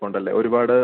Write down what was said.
അതേ അതേ അതേ